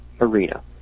arena